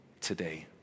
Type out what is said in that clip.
today